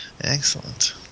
excellent